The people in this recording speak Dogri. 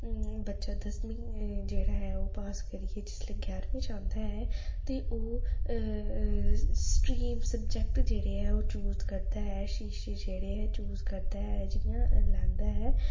बच्चा दसमीं जेह्ड़ा ऐ ओह् पास करियै जिसलै ञारमीं च आंदा ऐ ते ओह् स्ट्रीम सब्जैक्ट जेह्ड़े ऐ ओह् चूज करदा ऐ शीर्शक जेह्ड़े ऐ चूज करदा ऐ जि'यां लैंदा ऐ